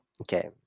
okay